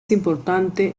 importante